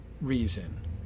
reason